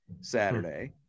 Saturday